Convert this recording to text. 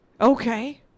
okay